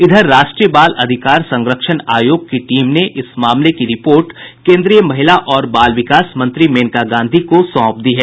इधर राष्ट्रीय बाल अधिकार संरक्षण आयोग की टीम ने इस मामले की रिपोर्ट केन्द्रीय महिला और बाल विकास मंत्री मेनका गांधी को सौंप दी है